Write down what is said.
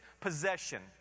possession